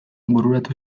bururatu